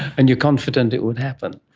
and you're confident it would happen?